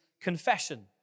confession